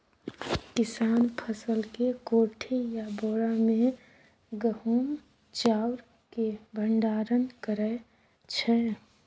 किसान फसल केँ कोठी या बोरा मे गहुम चाउर केँ भंडारण करै छै